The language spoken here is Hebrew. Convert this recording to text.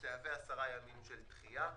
תהווה עשרה ימים של דחייה.